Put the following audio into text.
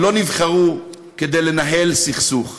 לא נבחרו כדי לנהל סכסוך,